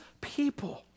people